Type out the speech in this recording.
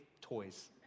toys